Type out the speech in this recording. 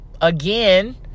again